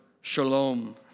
shalom